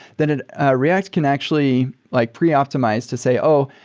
then ah ah react can actually like pre-optimize to say, oh,